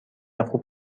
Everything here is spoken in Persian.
خوب